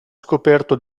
scoperto